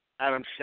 Adam